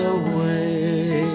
away